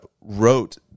wrote